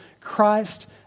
Christ